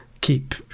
keep